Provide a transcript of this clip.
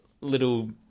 little